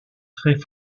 très